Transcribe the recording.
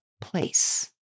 place